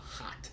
hot